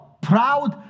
proud